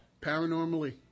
Paranormally